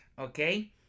okay